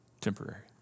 temporary